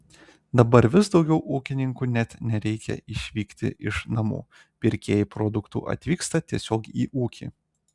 dabar vis daugiau ūkininkų net nereikia išvykti iš namų pirkėjai produktų atvyksta tiesiog į ūkį